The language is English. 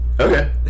Okay